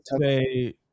say